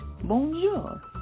Bonjour